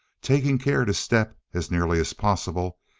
taking care to step, as nearly as possible,